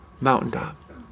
mountaintop